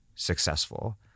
Successful